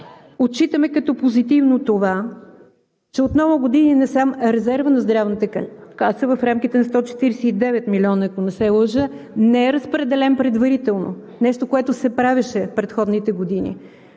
Отчитаме като позитивно това, че от много години насам резервът на Здравната каса в рамките на 149 милиона, ако не се лъжа, не е разпределен предварително – нещо, което се правеше в предходните години.